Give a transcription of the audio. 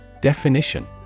Definition